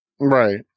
Right